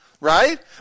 Right